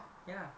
ya